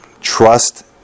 Trust